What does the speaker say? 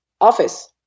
office